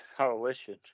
Coalition